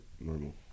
normal